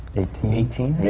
eighteen. eighteen,